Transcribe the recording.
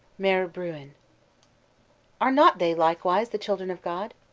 maire bruin are not they, likewise, the children of god?